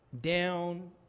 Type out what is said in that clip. down